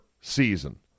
season